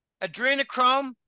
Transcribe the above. adrenochrome